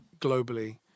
globally